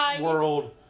world